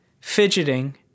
fidgeting